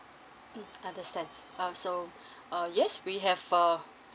mm understand uh so uh yes we have uh